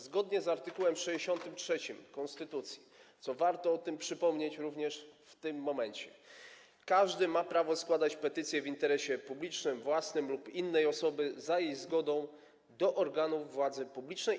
Zgodnie z art. 63 konstytucji, o czym warto przypomnieć również w tym momencie, każdy ma prawo składać petycje w interesie publicznym, własnym lub innej osoby za jej zgodą do organów władzy publicznej.